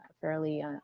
fairly